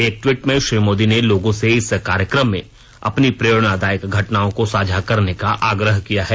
एक ट्वीट में श्री मोदी ने लोगों से इस कार्यक्रम में अपनी प्रेरणादायक घटनाओं को साझा करने का आग्रह किया है